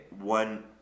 one